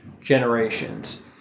generations